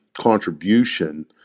contribution